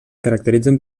caracteritzen